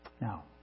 Now